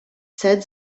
said